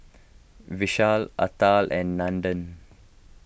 Vishal Atal and Nandan